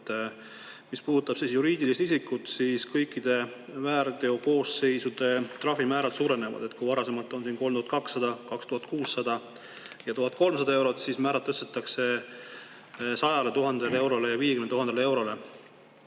Mis puudutab juriidilist isikut, siis kõikide väärteokoosseisude trahvimäärad suurenevad. Kui varasemalt on olnud 200, 2600 ja 1300 eurot, siis määrad tõstetakse 100 000 eurole ja 50 000 eurole.